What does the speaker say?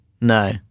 No